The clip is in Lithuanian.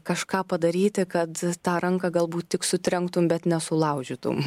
kažką padaryti kad tą ranką galbūt tik sutrenktum bet nesulaužytum